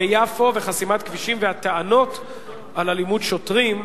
ביפו וחסימת כבישים והטענות על אלימות שוטרים,